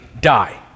die